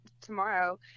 tomorrow